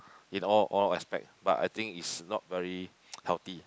in all all aspect but I think is not very healthy